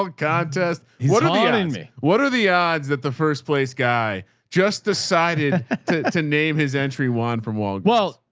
ah god, test i mean me. what are the odds that the first place guy just decided to name his entry one from walden? well,